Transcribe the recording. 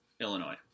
Illinois